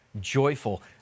joyful